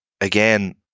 again